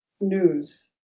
news